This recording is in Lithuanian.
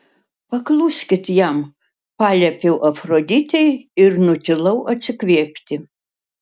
pakluskit jam paliepiau afroditei ir nutilau atsikvėpti